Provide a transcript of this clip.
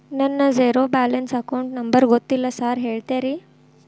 ನನ್ನ zero balance account number ಗೊತ್ತಿಲ್ಲ sir ಹೇಳ್ತೇರಿ?